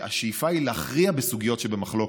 היא שהשאיפה היא להכריע בסוגיות שבמחלוקת,